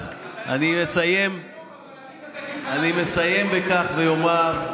אז אני מסיים בכך ואומר: